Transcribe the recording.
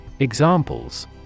Examples